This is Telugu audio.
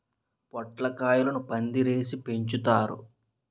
పొట్లకాయలను పందిరేసి పెంచుతారు